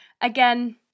Again